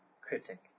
critic